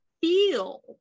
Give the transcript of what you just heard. feel